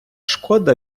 шкода